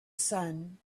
sun